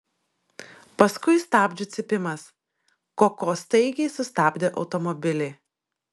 paskui stabdžių cypimas koko staigiai sustabdė automobilį